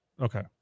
okay